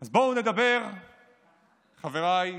אז בואו נדבר, חבריי,